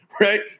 right